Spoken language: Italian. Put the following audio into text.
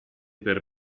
per